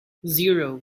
zero